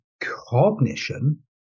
cognition